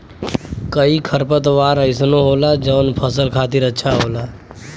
कई खरपतवार अइसनो होला जौन फसल खातिर अच्छा होला